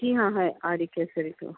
جی ہاں ہے R E Kesari to